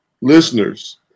listeners